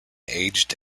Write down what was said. aged